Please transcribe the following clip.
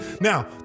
Now